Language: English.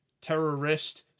terrorist